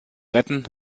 retten